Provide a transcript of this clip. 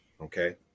Okay